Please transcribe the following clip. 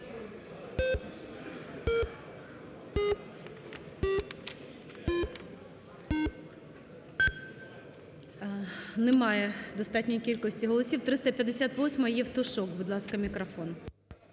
Немає достатньої кількості голосів. 358-а, Євтушок, будь ласка, мікрофон.